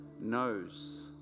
knows